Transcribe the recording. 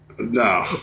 No